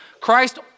Christ